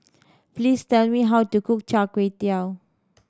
please tell me how to cook Char Kway Teow